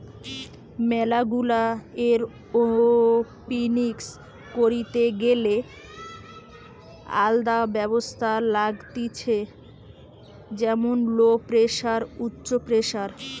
ম্যালা গুলা এরওপনিক্স করিতে গ্যালে আলদা ব্যবস্থা লাগতিছে যেমন লো প্রেসার, উচ্চ প্রেসার